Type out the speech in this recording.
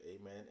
Amen